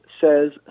says